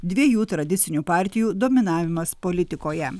dviejų tradicinių partijų dominavimas politikoje